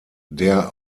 der